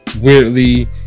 weirdly